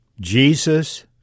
Jesus